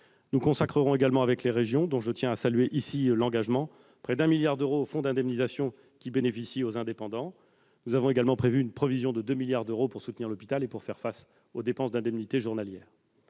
Nous consacrerons également, avec les régions, dont je tiens à saluer ici l'engagement, près de 1 milliard d'euros au fonds d'indemnisation dont bénéficieront les indépendants. Nous avons en outre prévu une provision de 2 milliards d'euros pour soutenir l'hôpital et faire face aux dépenses d'indemnités journalières.